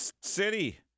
City